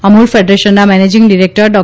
અમૂલ ફેડરેશનના managing director ડો